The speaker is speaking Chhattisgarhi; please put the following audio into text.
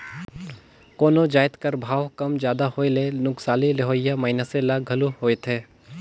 कोनो जाएत कर भाव कम जादा होए ले नोसकानी लेहोइया मइनसे मन ल घलो होएथे